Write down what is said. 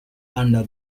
under